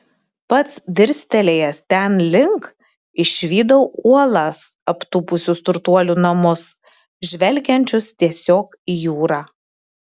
pats dirstelėjęs ten link išvydau uolas aptūpusius turtuolių namus žvelgiančius tiesiog į jūrą